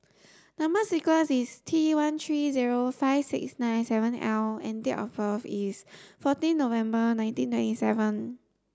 number sequence is T one three zero five six nine seven L and date of birth is fourteen November nineteen twenty seven